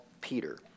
Peter